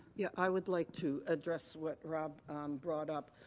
yeah, i would like to address what rob brought up.